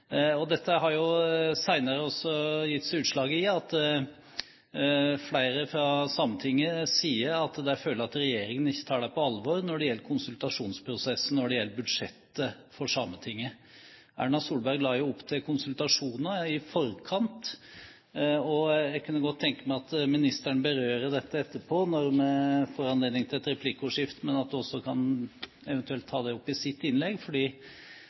bordet. Dette har senere gitt seg utslag i at flere fra Sametinget har sagt at de føler at regjeringen ikke tar dem på alvor i konsultasjonsprosessen angående Sametingets budsjett. Erna Solberg la opp til konsultasjoner i forkant. Jeg kunne godt tenke meg at ministeren berører dette etterpå når vi får anledning til et replikkordskifte, og at hun også eventuelt tar det opp i sitt innlegg.